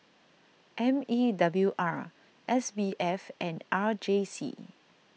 M E W R S B F and R J C